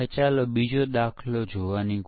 અને તેને સંબંધિત ડેવલપમેંટ પરીક્ષણ અંત તરફ છે